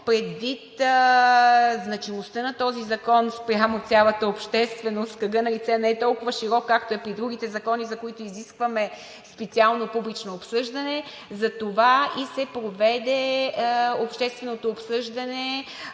предвид значимостта на този закон спрямо цялата общественост – кръгът на лица не е толкова широк, както е при другите закони, за които изискваме специално публично обсъждане. Затова не се проведе общественото обсъждане